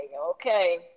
okay